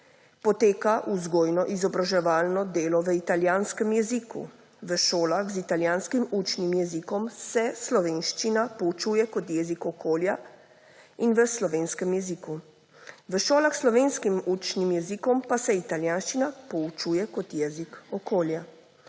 poteka vzgojno-izobraževalno delo v italijanskem jeziku. V šolah z italijanskim učnim jezikom se slovenščina poučuje kot jezik okolja. V šolah s slovenskim učnim jezikom pa se italijanščina poučuje kot jezik okolja.